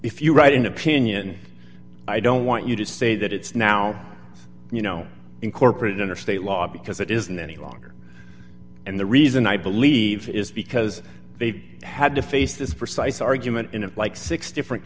if you write an opinion i don't want you to say that it's now you know incorporated under state law because it isn't any longer and the reason i believe is because they've had to face this precise argument in like six different